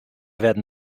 werden